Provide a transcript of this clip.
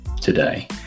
today